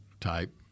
type